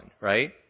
Right